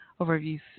overview